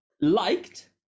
liked